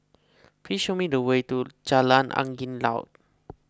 please show me the way to Jalan Angin Laut